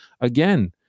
again